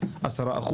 10%,